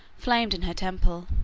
flamed in her temple.